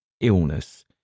illness